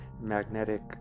magnetic